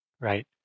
right